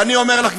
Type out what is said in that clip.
ואני אומר לך,